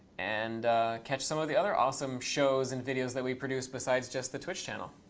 and catch some of the other awesome shows and videos that we produce besides just the twitch channel.